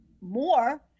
more